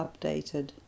updated